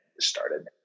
Started